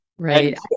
Right